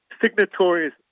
signatories